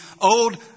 old